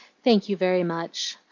thank you very much!